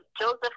Joseph